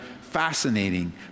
Fascinating